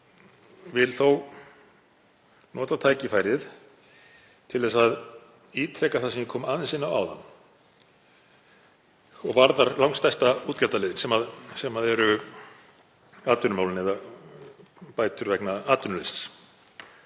ég vil þó nota tækifærið til að ítreka það sem ég kom aðeins inn á áðan og varðar langstærsta útgjaldaliðinn, sem eru atvinnumálin eða bætur vegna atvinnuleysis.